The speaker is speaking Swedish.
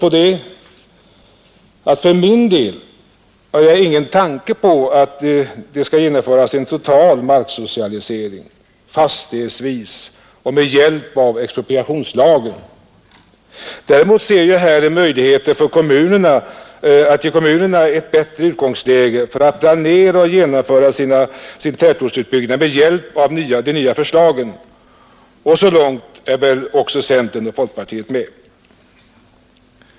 —L ——— För min del har jag ingen tanke på att det skall genomföras en total Ändringar i marksocialisering fastighetsvis och med hjälp av expropriationslagen. byggnadsoch Däremot ser jag här möjligheter att ge kommunerna ett bättre utgångsexpropriationsläge för att planera och genomföra sin tätortsutbyggnad med hjälp av de = lagstiftningen nya förslagen. Och så långt är väl också centern och folkpartiet med.